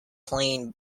plain